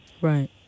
Right